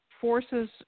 Forces